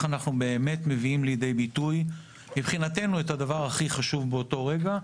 אנחנו מביאים לידי ביטוי מבחינתנו את הדבר הכי חשוב באותו רגע,